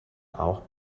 auch